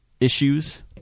issues